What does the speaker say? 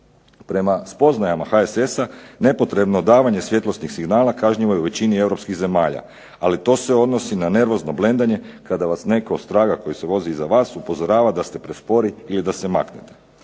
Prema spoznajama HSS-a nepotrebno davanje svjetlosnih signala kažnjivo je u većini europskih zemalja, ali to se odnosi na nervozno blendanje kada vas netko ostraga koji se vozi iza vas upozorava da ste prespori ili da se maknete.